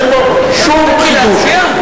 אין בו שום חידוש.